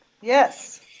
yes